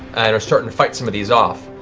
and are starting to fight some of these off.